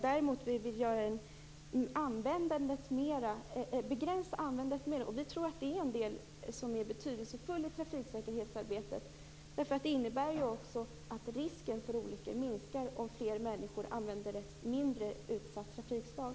Däremot vill vi begränsa användandet mera. Vi tror att det är en betydelsefull del i trafiksäkerhetsarbetet. Det innebär ju att risken för olyckor minskar om fler människor använder ett mindre utsatt trafikslag.